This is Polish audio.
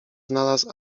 znalazł